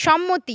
সম্মতি